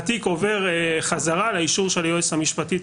התיק עובר חזרה לאישור של היועצת המשפטית